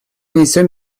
несем